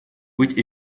быть